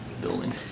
building